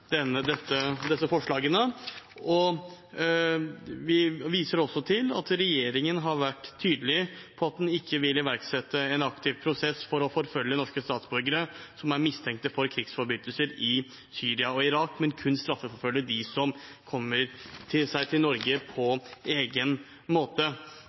den ikke vil iverksette en aktiv prosess for å forfølge norske statsborgere som er mistenkt for krigsforbrytelser i Syria og Irak, men kun straffeforfølge dem som kommer seg til Norge på egen hånd. Flertallet viser også til at de som kommer til Norge på